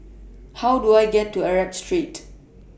How Do I get to Arab Street